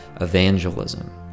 evangelism